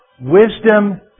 Wisdom